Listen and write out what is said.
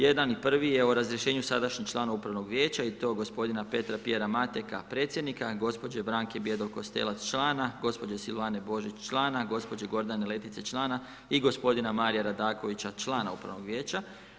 Jedan i prvi je o razriješenu sadašnjih članova upravnog vijeća i to gospodina Petra Pierre Mateka, predsjednika, gospođe Branke Bjedov Kostelec, člana, gospođe Silvane Božić, člana, gospođe Gordane Letice, člana i gospodina Maria Radakovića, člana upravnog vijeća.